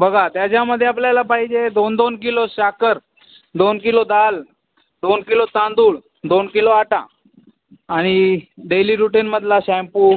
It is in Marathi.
बघा त्याच्यामध्ये आपल्याला पाहिजे दोन दोन किलो साखर दोन किलो डाळ दोन किलो तांदूळ दोन किलो आटा आणि डेली रूटीन मधला शॅम्पू